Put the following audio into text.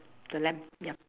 the lamp yup